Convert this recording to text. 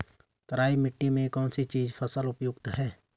तराई मिट्टी में किस चीज़ की फसल उपयुक्त है?